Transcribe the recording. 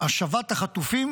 השבת החטופים,